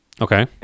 Okay